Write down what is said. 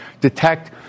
Detect